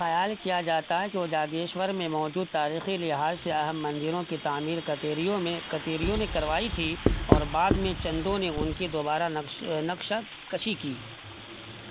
خیال کیا جاتا ہے کہ وجاگیشور میں موجود تاریخی لحاظ سے اہم مندروں کی تعمیر کتیریوں می کتیریوں نے کروائی تھی اور بعد میں چندوں نے ان کے دوبارہ نقش نقشہ کشی کی